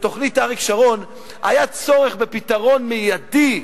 ותוכנית אריק שרון היה צורך בפתרון מיידי,